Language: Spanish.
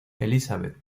elizabeth